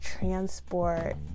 transport